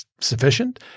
Sufficient